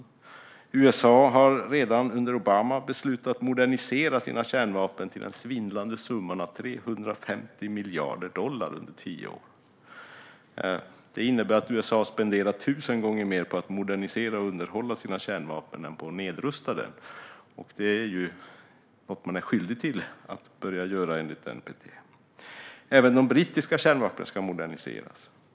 USA beslutade redan under Obama att modernisera sina kärnvapen till den svindlande summan av 350 miljarder dollar under tio år. Det innebär att USA spenderar 1 000 gånger mer på att modernisera och underhålla sina kärnvapen än på att nedrusta dem - något man är skyldig att börja göra enligt NPT. Även de brittiska kärnvapnen ska moderniseras.